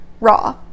raw